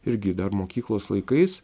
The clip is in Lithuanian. irgi dar mokyklos laikais